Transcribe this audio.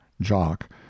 Jock